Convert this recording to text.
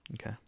Okay